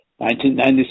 1996